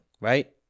right